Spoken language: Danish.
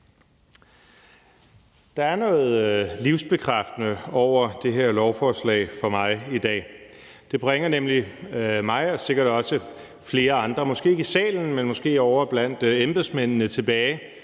Der er noget livsbekræftende over det her lovforslag for mig i dag. Det bringer nemlig mig og sikkert også flere andre, måske ikke i salen, men ovre blandt embedsmændene, tilbage